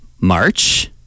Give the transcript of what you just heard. March